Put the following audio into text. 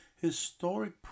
Historic